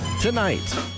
tonight